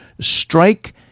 strike